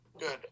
good